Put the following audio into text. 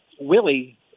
Willie